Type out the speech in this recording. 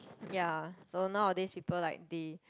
ya so nowadays people like the